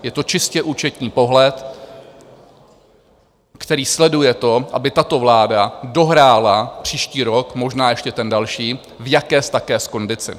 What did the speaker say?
Je to čistě účetní pohled, který sleduje to, aby tato vláda dohrála příští rok, možná ještě ten další, v jakés takés kondici.